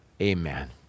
amen